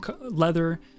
leather